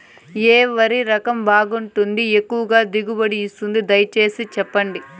ఏ వరి రకం బాగుంటుంది, ఎక్కువగా దిగుబడి ఇస్తుంది దయసేసి చెప్పండి?